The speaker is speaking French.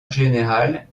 générale